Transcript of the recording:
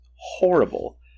horrible